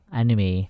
anime